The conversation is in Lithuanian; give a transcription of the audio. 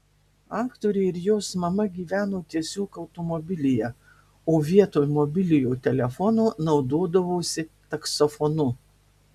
aktorė ir jos mama gyveno tiesiog automobilyje o vietoj mobiliojo telefono naudodavosi taksofonu